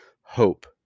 hope